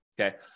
Okay